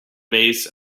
base